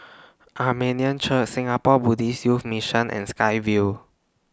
Armenian Church Singapore Buddhist Youth Mission and Sky Vue